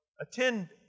attend